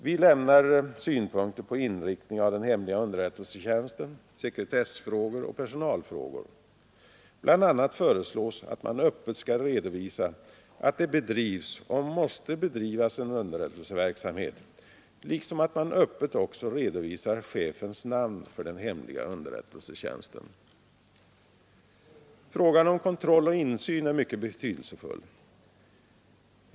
Vi lämnar synpunkter på inriktning av den hemliga underrättelsetjänsten, sekretessfrågor och personalfrågor. BI. a. föreslås att man öppet skall redovisa att det bedrivs och måste bedrivas en underrättelseverksamhet liksom att man öppet också redovisar chefens namn för den hemliga underrättelsetjänsten. Frågan om kontroll och insyn är mycket betydelsefull.